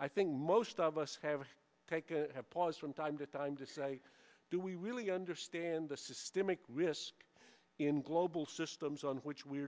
i think most of us have taken have pause from time to time to say do we really understand the systemic risk in global systems on which we